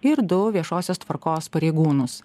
ir du viešosios tvarkos pareigūnus